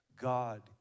God